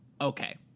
okay